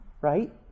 Right